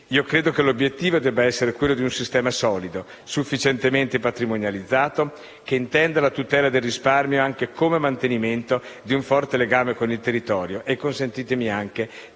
Credo che l'obiettivo debba essere quello di un sistema solido, sufficientemente patrimonializzato, che intenda la tutela del risparmio come mantenimento di un forte legame con il territorio e - consentitemi - anche